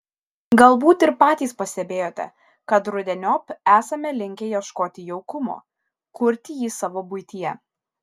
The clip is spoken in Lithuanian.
galbūt ir patys pastebėjote kad rudeniop esame linkę ieškoti jaukumo kurti jį savo buityje